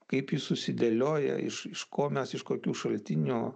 kaip jis susidėlioja iš iš ko mes iš kokių šaltinių